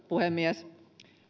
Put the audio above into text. puhemies